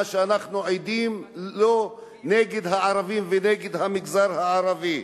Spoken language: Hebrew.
מה שאנחנו עדים לו נגד הערבים ונגד המגזר הערבי,